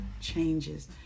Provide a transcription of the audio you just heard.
changes